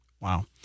Wow